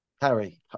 Harry